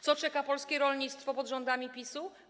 Co czeka polskie rolnictwo pod rządami PiS-u?